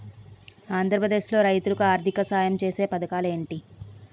ఆంధ్రప్రదేశ్ లో రైతులు కి ఆర్థిక సాయం ఛేసే పథకాలు ఏంటి?